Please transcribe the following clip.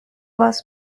was